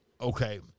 okay